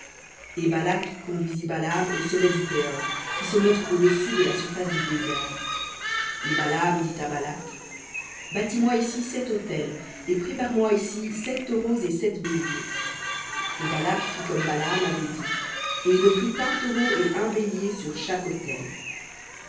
et balak conduisit balaam au sommet du péor qui se montre au-dessus de la surface du désert et balaam dit à balak bâtis moi ici sept autels et prépare moi ici sept taureaux et sept béliers et balak fit comme balaam avait dit et il offrit un taureau et un bélier sur autel